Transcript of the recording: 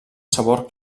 sabor